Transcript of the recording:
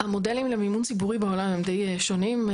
המודלים למימון ציבורי בעולם הם די שונים.